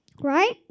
Right